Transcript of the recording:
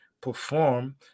perform